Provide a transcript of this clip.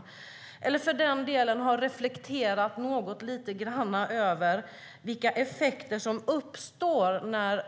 Socialministern kunde för den delen ha reflekterat något lite grann över vilka effekter som uppstår när